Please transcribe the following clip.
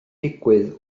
digwydd